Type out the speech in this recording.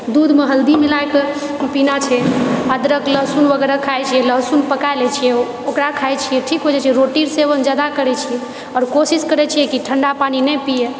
दूधमे हल्दी मिलाएके पीना छै अदरक लहसुन वगैरह खाइत छिऐ लहसुन पका लए छिऐ ओकरा खाइत छिये ठीक हो जाइत छै रोटीके सेवन जादा करैत छिऐ आओर कोशिश करैत छिऐ कि ठण्डा पानि नहि पिअऽ